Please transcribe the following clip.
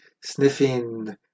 sniffing